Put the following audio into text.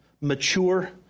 mature